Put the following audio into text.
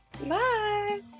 bye